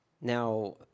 Now